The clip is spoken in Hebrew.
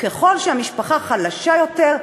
וככל שהמשפחה חלשה יותר,